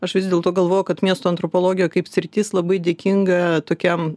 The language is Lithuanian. aš vis dėlto galvoju kad miesto antropologija kaip sritis labai dėkinga tokiam